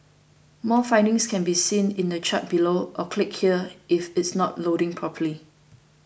more findings can be seen in the chart below or click here if it's not loading properly